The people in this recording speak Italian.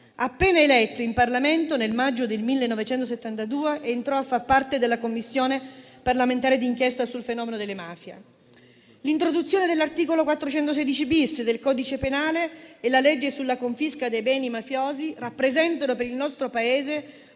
Appena eletto in Parlamento nel maggio del 1972, entrò a far parte della Commissione parlamentare di inchiesta sul fenomeno delle mafie. L'introduzione dell'articolo 416-*bis* del codice penale e la legge sulla confisca dei beni mafiosi rappresentano per il nostro Paese